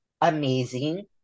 amazing